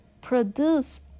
produce